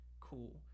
cool